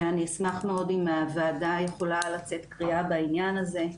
ואני אשמח מאוד אם הוועדה יכולה לתת קריאה בעניין הזה.